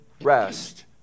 rest